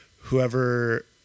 whoever